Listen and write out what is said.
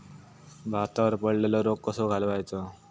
भातावर पडलेलो रोग कसो घालवायचो?